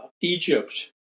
Egypt